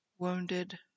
wounded